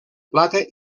plata